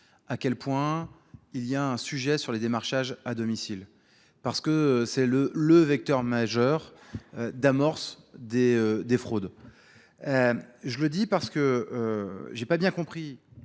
à quel point il y a un sujet sur les démarchages à domicile, parce que c'est le vecteur majeur d'amorce des fraudes. Je le dis parce que je n'ai pas bien compris